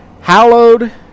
hallowed